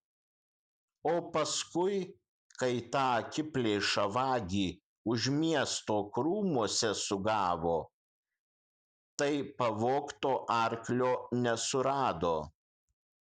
o paskui kai tą akiplėšą vagį už miesto krūmuose sugavo tai pavogto arklio nesurado